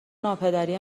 ناپدری